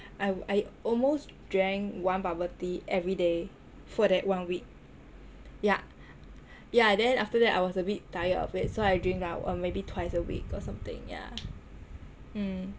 I I almost drank one bubble tea everyday for that one week yah yah then after that I was a bit tired of it so I drink like uh maybe twice a week or something yah mm